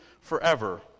forever